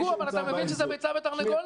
גור, אבל אתה מבין שזו ביצה ותרנגולת?